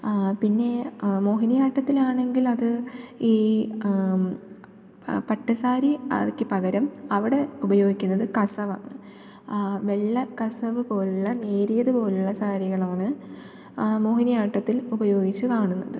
പിന്നേ മോഹിനിയാട്ടത്തിലാണെങ്കിൽ അത് ഈ പട്ട് സാരി അത്ക്ക് പകരം അവിടെ ഉപയോഗിക്കുന്നത് കസവാണ് വെള്ള കസവ് പോലുള്ള നേരിയതുപോലുഉള്ള സാരികളാണ് മോഹിനിയാട്ടത്തിൽ ഉപയോഗിച്ചു കാണുന്നത്